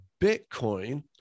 Bitcoin